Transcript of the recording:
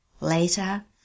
Later